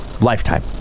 lifetime